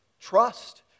trust